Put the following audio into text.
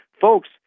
folks